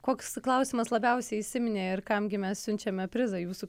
koks klausimas labiausiai įsiminė ir kam gi mes siunčiame prizą jūsų